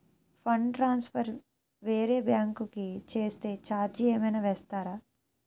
Fund transfer వేరే bank కి చేస్తే ఛార్జ్ ఏమైనా వేస్తారా?